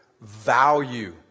value